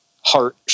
heart